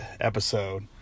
episode